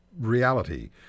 reality